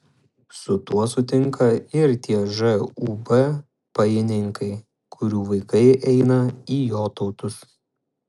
su tuo sutinka ir tie žūb pajininkai kurių vaikai eina į jotautus